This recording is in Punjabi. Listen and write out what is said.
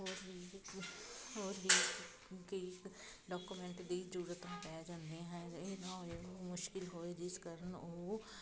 ਹੋਰ ਵੀ ਡਾਕੂਮੈਂਟ ਦੀ ਜਰੂਰਤ ਪੈ ਜਾਂਦੇ ਹਾਂ ਇਹ ਨਾ ਹੋਵੇ ਮੁਸ਼ਕਿਲ ਹੋਵੇ ਜਿਸ ਕਾਰਨ ਉਹ